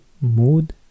Mood